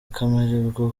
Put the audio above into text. kuboneza